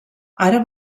ara